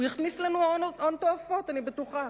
הוא יכניס לנו הון תועפות, אני בטוחה.